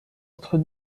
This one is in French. entre